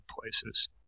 places